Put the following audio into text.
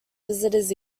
visitors